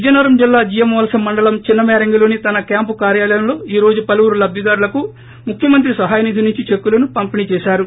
విజయనగరం జిల్లా జియ్యమ్మవలస మండలం చినమేరంగిలోని తన క్యాంపు కార్యాలయంలో ఈ రోజు పలువురు లబ్దిదారులకు ముఖ్యమంత్రి సహాయనిధి నుంచి చెక్కులను పంపిణీ చేసారు